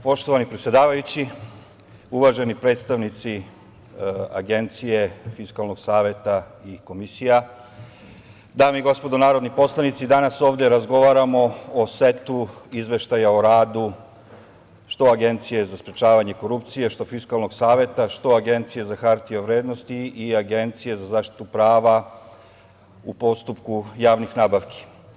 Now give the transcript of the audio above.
Poštovani predsedavajući, uvaženi predstavnici agencija, Fiskalnog saveta i komisija, dame i gospodo narodni poslanici, danas ovde razgovaramo o setu izveštaja o radu, što Agencije za sprečavanje korupcije, što Fiskalnog saveta, što Agencije za hartije od vrednosti i Agencije za zaštitu prava u postupku javnih nabavki.